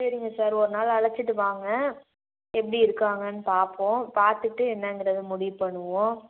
சரிங்க சார் ஒரு நாள் அழைச்சுட்டு வாங்க எப்படி இருக்காங்கன்னு பார்ப்போம் பார்த்துட்டு என்னங்கிறதை முடிவு பண்ணுவோம்